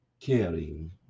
Caring